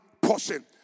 portion